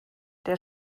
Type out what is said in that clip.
der